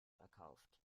verkauft